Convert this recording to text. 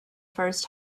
first